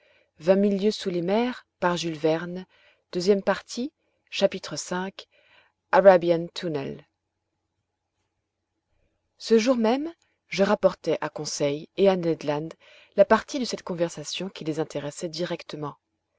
v arabian tunnel ce jour même je rapportai à conseil et à ned land la partie de cette conversation qui les intéressait directement